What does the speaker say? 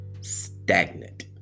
stagnant